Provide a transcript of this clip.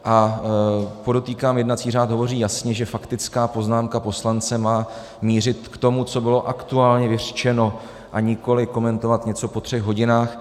A podotýkám, jednací řád hovoří jasně, že faktická poznámka poslance má mířit k tomu, co bylo aktuálně vyřčeno, a nikoli komentovat něco po třech hodinách.